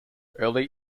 early